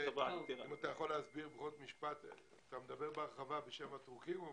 אתה מדבר בהרחבה בשם הטורקים?